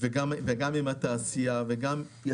וגם עם התעשייה, המשרד לביטחון הפנים.